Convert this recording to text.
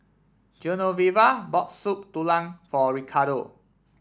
Genoveva bought Soup Tulang for Ricardo